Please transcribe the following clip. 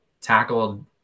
tackled